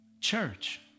Church